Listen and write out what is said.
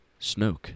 Snoke